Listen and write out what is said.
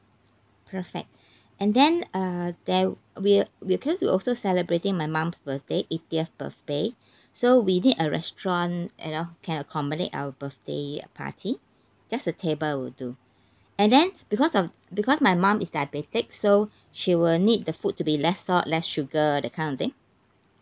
perfect and then err there we because we also celebrating my mum's birthday eightieth birthday so we need a restaurant you know can accommodate our birthday party just a table will do and then because of because my mum is diabetic so she will need the food to be less salt less sugar that kind of thing